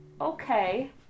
Okay